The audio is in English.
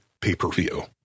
pay-per-view